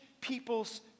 People's